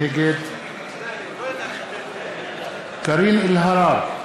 נגד קארין אלהרר,